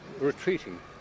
retreating